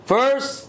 First